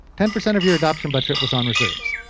ten percent of your adoption budget was on reserves.